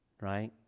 Right